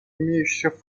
имеющихся